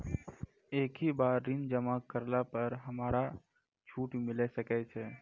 एक ही बार ऋण जमा करला पर हमरा छूट मिले सकय छै?